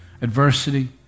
adversity